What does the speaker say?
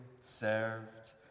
served